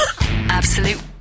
Absolute